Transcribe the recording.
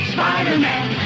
Spider-Man